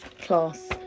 class